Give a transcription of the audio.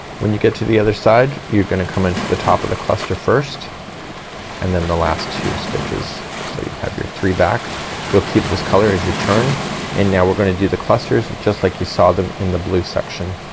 when you get to the other side you're gonna come into the top of the cluster first and then the last two stitches, so you'll have your three back you'll keep this color as you turn and now we're gonna do the clusters just like you saw them in the blue section.